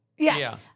Yes